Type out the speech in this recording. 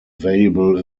available